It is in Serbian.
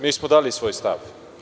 Mi smo dali svoj stav.